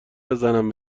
بزنم